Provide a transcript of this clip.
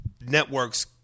networks